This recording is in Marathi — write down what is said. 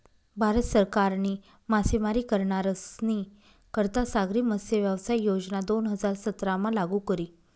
भारत सरकारनी मासेमारी करनारस्नी करता सागरी मत्स्यव्यवसाय योजना दोन हजार सतरामा लागू करी